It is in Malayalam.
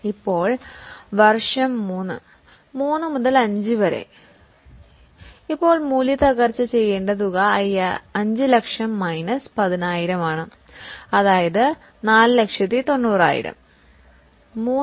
ഇപ്പോൾ 3 5 ഇപ്പോൾ ഡിപ്രീസിയേഷൻ ചെയ്യേണ്ട തുക 5 ലക്ഷം മൈനസ് 10000 ആണ് അതായത് 490000